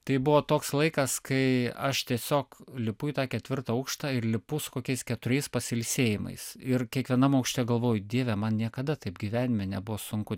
tai buvo toks laikas kai aš tiesiog lipu į tą ketvirtą aukštą ir lipu su kokiais keturiais pasilsėjimais ir kiekvienam aukšte galvoju dieve man niekada taip gyvenime nebuvo sunku